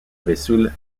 vesoul